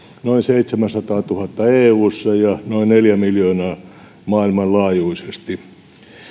noin seitsemänsataatuhatta eussa ja noin neljä miljoonaa maailmanlaajuisesti